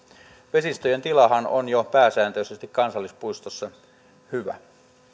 vesistöjen tilahan on jo pääsääntöisesti kansallispuistossa hyvä